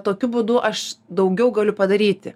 tokiu būdu aš daugiau galiu padaryti